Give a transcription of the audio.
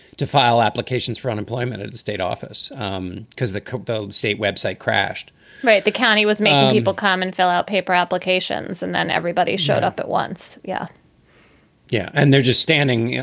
to file applications for unemployment at the state office um because they cooktown state website crashed right. the county was me. people come and fill out paper applications and then everybody shut up at once. yeah yeah. and they're just standing,